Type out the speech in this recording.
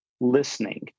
listening